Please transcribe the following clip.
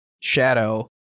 shadow